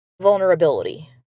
vulnerability